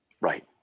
right